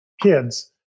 kids